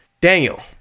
Daniel